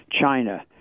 China